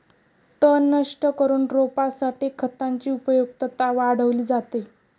तण नष्ट करून रोपासाठी खतांची उपयुक्तता वाढवली जाते